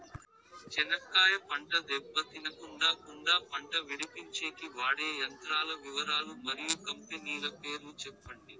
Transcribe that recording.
చెనక్కాయ పంట దెబ్బ తినకుండా కుండా పంట విడిపించేకి వాడే యంత్రాల వివరాలు మరియు కంపెనీల పేర్లు చెప్పండి?